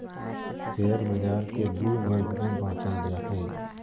share बाज़ार के दू वर्ग में बांटल जा हइ